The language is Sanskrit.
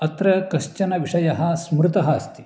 अत्र कश्चन विषयः स्मृतः अस्ति